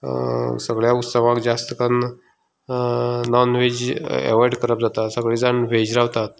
ताका सगल्या उत्सवांक जास्त कन्न नॉनवेज अवोयड करप जाता सगले जाण वेज रावतात